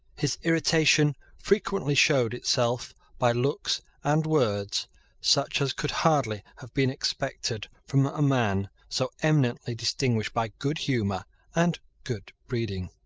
his irritation frequently showed itself by looks and words such as could hardly have been expected from a man so eminently distinguished by good humour and good breeding.